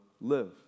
live